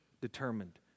determined